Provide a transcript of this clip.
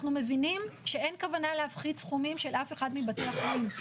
אנחנו מבינים שאין כוונה להפחית סכומים של אף אחד מבתי החולים,